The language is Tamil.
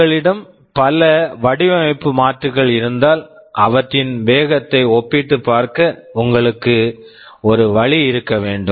உங்களிடம் பல வடிவமைப்பு மாற்றுகள் இருந்தால் அவற்றின் வேகத்தை ஒப்பிட்டுப் பார்க்க உங்களுக்கு ஒரு வழி இருக்க வேண்டும்